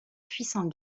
puissant